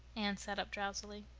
anne sat up drowsily.